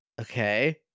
Okay